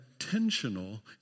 intentional